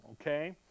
okay